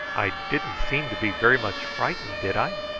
i didn't seem to be very much frightened, did i?